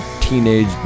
teenage